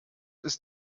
ist